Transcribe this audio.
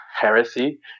heresy